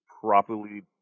properly